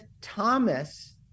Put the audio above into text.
Thomas